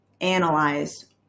analyze